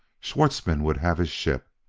schwartzmann would have his ship.